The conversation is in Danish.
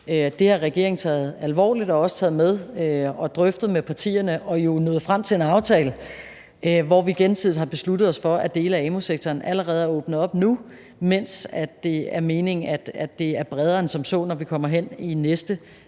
Det har regeringen taget alvorligt og også taget med og drøftet med partierne, og vi er jo nået frem til en aftale, hvor vi gensidigt har besluttet os for, at dele af amu-sektoren allerede skulle åbne op nu, mens det er meningen, at det skal være bredere end som så, når vi kommer hen i næste